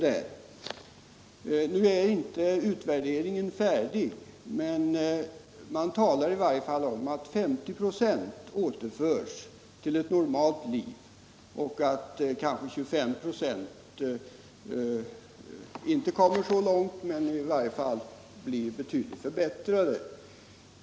Utvärderingen av behandlingen där är inte färdig, men man talar om att 50 26 av de intagna återförs till ett normalt liv och att kanske 25 26 inte kommer så långt men i varje fall blir betydligt förbättrade.